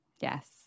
Yes